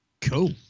Cool